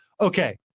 Okay